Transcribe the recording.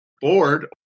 board